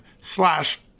slash